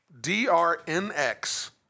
D-R-N-X